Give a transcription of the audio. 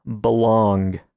belong